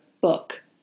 book